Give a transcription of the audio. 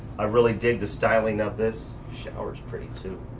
i really dig the styling of this. shower is pretty too.